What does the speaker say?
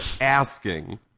asking